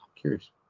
curious